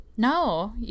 No